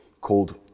called